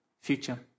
future